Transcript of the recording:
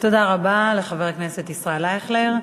רבה לחבר הכנסת ישראל אייכלר.